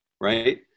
Right